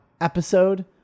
episode